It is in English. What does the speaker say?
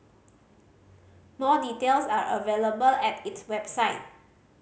more details are available at its website